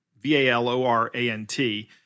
V-A-L-O-R-A-N-T